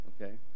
Okay